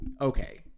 okay